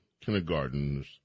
kindergartens